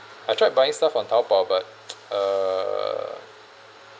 I tried buying stuff on Taobao but uh